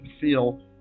feel